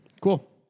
cool